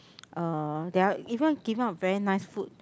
uh they are even giving out very nice food